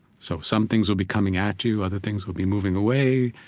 so some things will be coming at you, other things will be moving away,